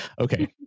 okay